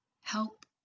help